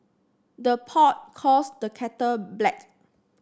the pot calls the kettle black